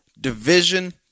division